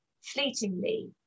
fleetingly